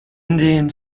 indian